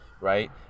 right